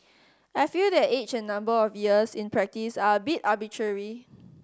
I feel that age and number of years in practice are a bit arbitrary